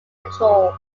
control